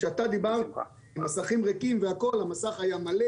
כשאתה דיברת על מסכים ריקים והכל המסך היה מלא